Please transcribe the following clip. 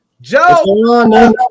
joe